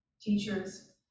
teachers